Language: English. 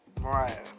Mariah